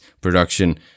production